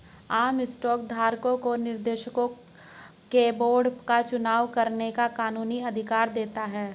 आम स्टॉक धारकों को निर्देशकों के बोर्ड का चुनाव करने का कानूनी अधिकार देता है